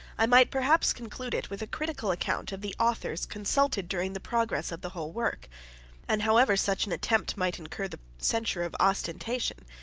i might perhaps conclude it with a critical account of the authors consulted during the progress of the whole work and however such an attempt might incur the censure of ostentation,